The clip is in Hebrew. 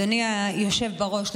אדוני היושב בראש,